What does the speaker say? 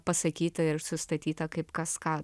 pasakyta ir sustatyta kaip kas ką